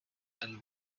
and